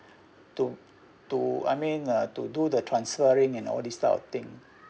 to to I mean uh to do the transferring and all these type of thing